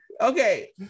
Okay